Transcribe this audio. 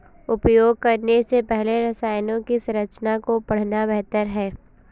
उपयोग करने से पहले रसायनों की संरचना को पढ़ना बेहतर है